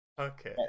Okay